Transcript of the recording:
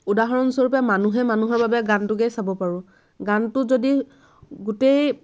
উদাহৰণস্বৰূপে মানুহে মানুহৰ বাবে গানটোকেই চাব পাৰোঁ গানটো যদি গোটেই